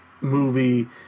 movie